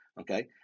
Okay